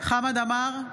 חמד עמאר,